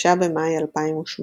5 במאי 2008